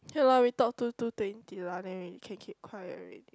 okay lah we talk to two twenty lah then we can keep quiet already